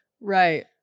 Right